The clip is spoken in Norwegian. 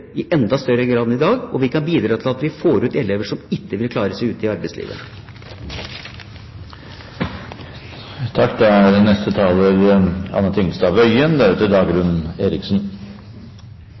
i enda større grad enn i dag, og vi kan bidra til at vi får ut elever som ikke vil klare seg i